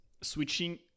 switching